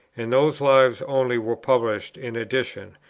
and those lives only were published in addition,